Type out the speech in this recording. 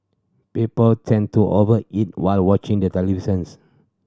people tend to over eat while watching the televisions